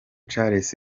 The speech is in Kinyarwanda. charles